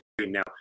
Now